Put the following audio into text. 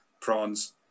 prawns